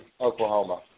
Oklahoma